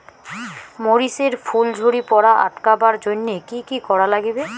মরিচ এর ফুল ঝড়ি পড়া আটকাবার জইন্যে কি কি করা লাগবে?